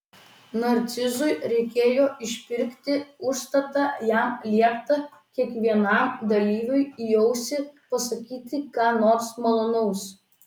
narcizui reikėjo išpirkti užstatą jam liepta kiekvienam dalyviui į ausį pasakyti ką nors malonaus